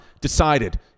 decided